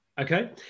okay